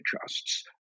trusts